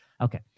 Okay